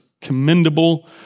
commendable—